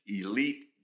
elite